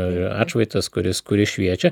ir atšvaitas kuris kuris šviečia